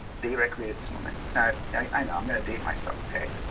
they recreated this moment. i know i'm going to date myself, ok?